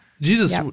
Jesus